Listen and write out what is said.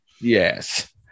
yes